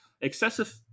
excessive